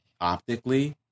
optically